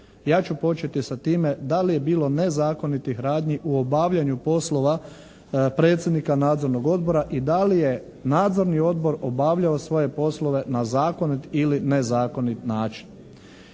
Ja ću početi sa time da li je bilo nezakonitih radnji u obavljanju poslova predsjednika Nadzornog odbora i da li je Nadzorni odbor obavljao svoje poslove na zakonit ili nezakonit način?